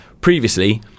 previously